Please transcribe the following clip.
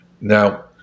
Now